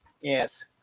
Yes